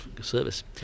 service